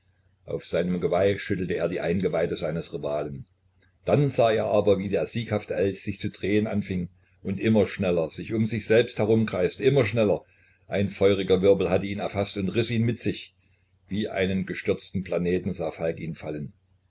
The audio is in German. auf seinem geweih schüttelte er die eingeweide seines rivalen dann sah er aber wie der sieghafte elch sich zu drehen anfing und immer schneller sich um sich selbst herumkreiste immer schneller ein feuriger wirbel hatte ihn erfaßt und riß ihn mit sich wie einen gestürzten planeten sah falk ihn fallen